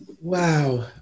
Wow